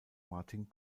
martin